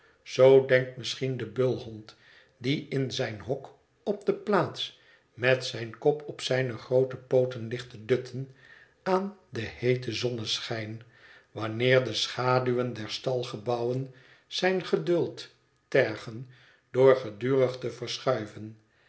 zoo denkt misschien de bulhond die in zijn hok op de plaats met zijn kop op zijne groote pooten ligt te dutten aan den heeten zonneschijn wanneer de schaduwen der stalgebouwen zijn geduld tergen door gedurig te verschuiven